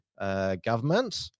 government